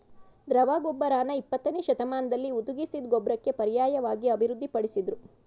ದ್ರವ ಗೊಬ್ಬರನ ಇಪ್ಪತ್ತನೇಶತಮಾನ್ದಲ್ಲಿ ಹುದುಗಿಸಿದ್ ಗೊಬ್ಬರಕ್ಕೆ ಪರ್ಯಾಯ್ವಾಗಿ ಅಭಿವೃದ್ಧಿ ಪಡಿಸುದ್ರು